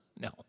no